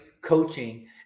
coaching